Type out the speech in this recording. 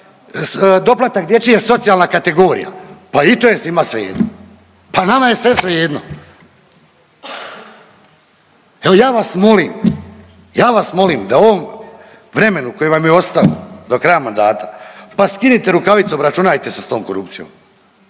doplatak dječji je socijalna kategorija pa i to je svima svejedno, pa nama je sve svejedno. Evo ja vas molim, ja vas molim da u ovom vremenu koji vam je ostao do kraja mandata pa skinite rukavice obračunajte se s tom korupcijom.